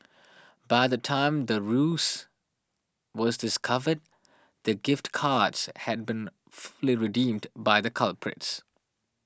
by the time the ruse was discovered the gift cards had been fully redeemed by the culprits